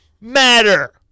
matter